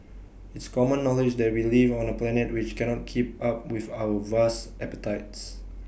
it's common knowledge that we live on A planet which cannot keep up with our vast appetites